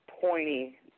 pointy